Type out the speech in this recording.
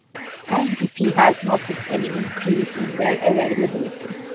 and if he has noticed any increase in their availability.